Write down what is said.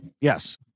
Yes